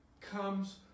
comes